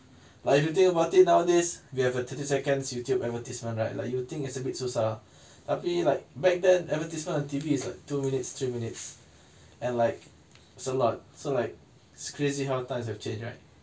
like if you think about it nowadays we have a thirty seconds youtube advertisement right like you think it's a bit susah tapi like back then advertisement on T_V is like two minutes three minutes and like it's a lot so like it's crazy how times have changed right